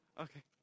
Okay